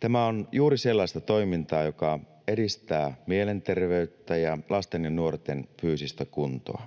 Tämä on juuri sellaista toimintaa, joka edistää mielenterveyttä ja lasten ja nuorten fyysistä kuntoa.